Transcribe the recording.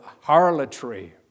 harlotry